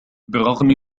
بالرغم